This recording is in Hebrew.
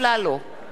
אינו נוכח